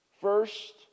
first